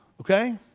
okay